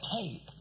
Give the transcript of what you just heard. tape